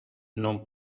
non